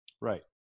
right